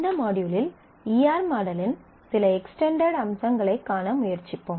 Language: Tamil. இந்த மாட்யூலில் ஈ ஆர் மாடலின் சில எக்ஸ்ட்டென்டெட் அம்சங்களைக் காண முயற்சிப்போம்